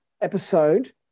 episode